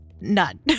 None